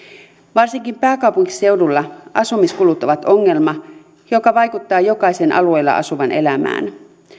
varsinkin pääkaupunkiseudulla asumiskulut ovat ongelma joka vaikuttaa jokaisen alueella asuvan elämään